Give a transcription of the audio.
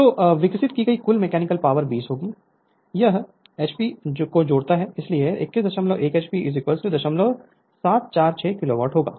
तो विकसित की गई कुल मैकेनिकल पावर 20 होगी यह एच पी को जोड़ना है इसलिए 211 एच पी 0746 किलो वाट होगा